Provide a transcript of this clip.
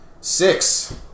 Six